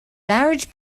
large